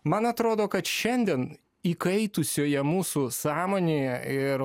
man atrodo kad šiandien įkaitusioje mūsų sąmonėje ir